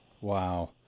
Wow